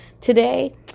today